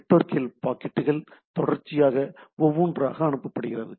நெட்வொர்க்கில் பாக்கெட்டுகள் தொடர்ச்சியாக ஒவ்வொன்றாக அனுப்பப்படுகின்றன